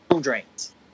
drains